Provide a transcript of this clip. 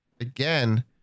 again